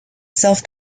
self